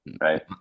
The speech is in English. right